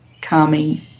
calming